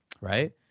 right